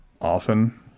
often